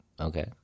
Okay